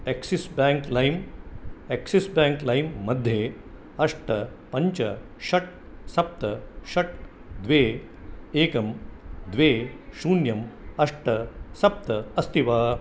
axis Bank लैम् Axis Bank लैम् मध्ये अष्ट पञ्च षट् सप्त षट् द्वे एकं द्वे शून्यम् अष्ट सप्त अस्ति वा